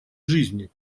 жизни